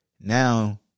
Now